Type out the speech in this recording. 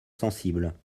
sensible